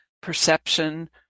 perception